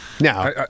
Now